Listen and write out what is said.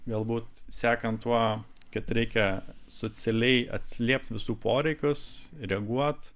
galbūt sekant tuo kad reikia socialiai atsiliept visų poreikius reaguoti